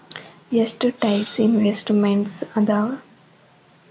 ಎಷ್ಟ types investments ಅದಾವ